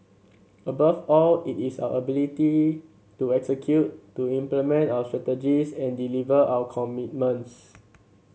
above all it is our ability to execute to implement our strategies and deliver our commitments